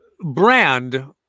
brand